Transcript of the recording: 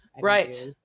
right